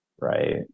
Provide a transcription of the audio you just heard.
right